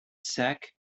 sack